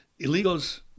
illegals